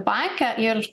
bake ir